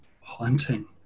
haunting